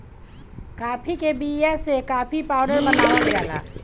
काफी के बिया से काफी पाउडर बनावल जाला